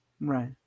Right